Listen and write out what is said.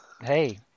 Hey